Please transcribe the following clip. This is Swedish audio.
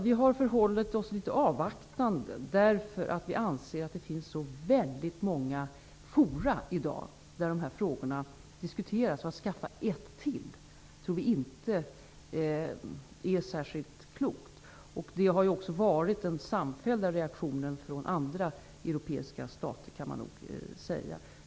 Vi har förhållit oss litet avvaktande, därför att vi anser att det finns så väldigt många forum i dag där dessa frågor diskuteras. Att skaffa ett till tror vi inte vore särskilt klokt. Man kan nog säga att detta också har varit den samfällda reaktionen från andra europeiska stater.